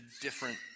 different